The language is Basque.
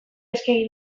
eskegi